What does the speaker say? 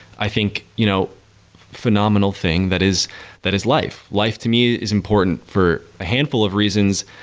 i think, you know phenomenal thing that is that is life. life to me is important for a handful of reasons.